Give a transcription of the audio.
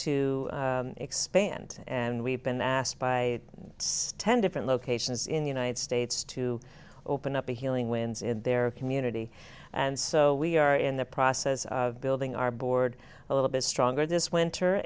to expand and we've been asked by ten different locations in the united states to open up a healing wins in their community and so we are in the process of building our board a little bit stronger this winter